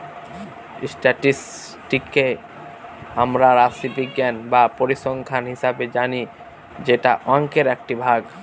স্ট্যাটিসটিককে আমরা রাশিবিজ্ঞান বা পরিসংখ্যান হিসাবে জানি যেটা অংকের একটি ভাগ